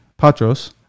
Patros